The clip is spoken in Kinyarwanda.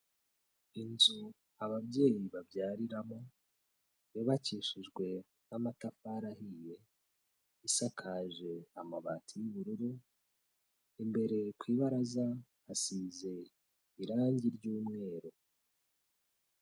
Inzu ababyeyi babyariramo yubakishijwe n'amatafari ahiye, isakaje amabati y'ubururu, imbere ku ibaraza hasize irangi ry'umweru.